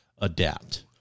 adapt